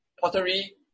pottery